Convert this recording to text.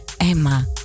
Emma